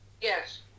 Yes